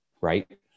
right